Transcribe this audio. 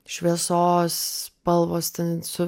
šviesos spalvos ten su